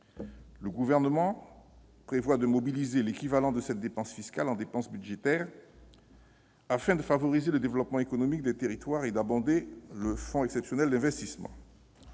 Le Gouvernement prévoit de mobiliser l'équivalent de cette dépense fiscale en dépense budgétaire afin de favoriser le développement économique des territoires et d'abonder le FEI. Cette logique est